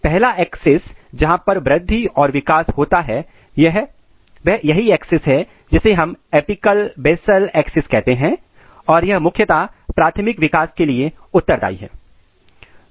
पहला एक्सेस जहां पर वृद्धि और विकास होता है वह यही एक्सेस है जिसे हम एपिकल बेसल एक्सेस कहते हैं और यह मुख्यतः प्राथमिक विकास के लिए उत्तरदाई है